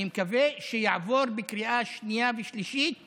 אני מקווה שיעבור בקריאה שנייה ושלישית במהרה.